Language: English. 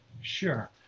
Sure